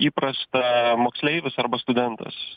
įprasta moksleivis arba studentas